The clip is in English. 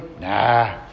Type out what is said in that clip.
nah